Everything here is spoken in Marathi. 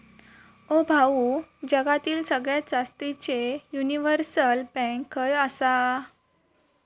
ओ भाऊ, जगातली सगळ्यात जास्तीचे युनिव्हर्सल बँक खय आसा